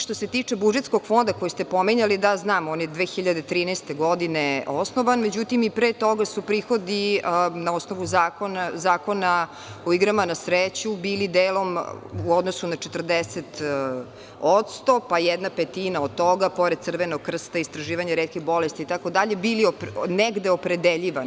Što se tiče budžetskog fonda, koji ste pominjali, da, znam, on je 2013. godine osnovan, međutim, i pre toga su prihodi na osnovu Zakona o igrama na sreću bili delom u odnosu na 40%, pa jedna petina od toga, pored Crvenog krsta, istraživanje retke bolesti itd, bili negde opredeljivani.